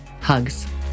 hugs